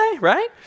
right